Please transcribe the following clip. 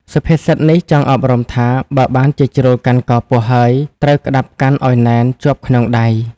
សុភាសិតនេះចង់អប់រំថា បើបានជាជ្រុលកាន់កពស់ហើយ ត្រូវក្ដាប់កាន់ឲ្យណែនជាប់ក្នុងដៃ ។